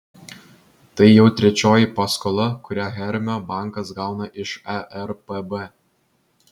tai jau trečioji paskola kurią hermio bankas gauna iš erpb